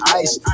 ice